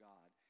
God